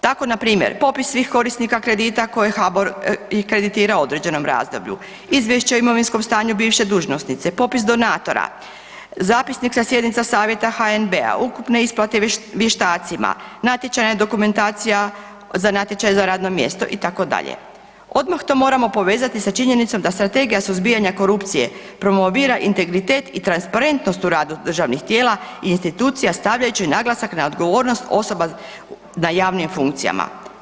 Tako npr. popis svih korisnika kredita koje je HBOR kreditirao u određenom razdoblju, izvješća o imovinskom stanju bivše dužnosnice, popis donatora, zapisnik sa sjednica Savjeta HNB-a, ukupne isplate vještacima, natječajna dokumentacija za natječaj za radna mjesta itd. odmah to moramo povezati sa činjenicom da Strategija suzbijanja korupcije promovira integritet i transparentnost u radu državnih tijela i institucija stavljajući naglasak na odgovornost osoba na javnim funkcijama.